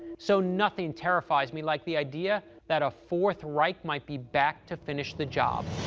so nothing terrifies me like the idea that a fourth reich might be back to finish the job.